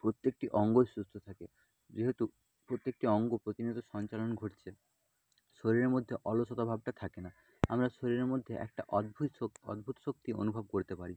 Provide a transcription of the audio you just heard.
প্রত্যেকটি অঙ্গই সুস্থ থাকে যেহেতু প্রত্যেকটি অঙ্গ প্রতিনিয়ত সঞ্চালন ঘটছে শরীরের মধ্যে অলসতা ভাবটা থাকে না আমরা শরীরের মধ্যে একটা অদ্ভুত শক অদ্ভুত শক্তি অনুভব করতে পারি